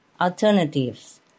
alternatives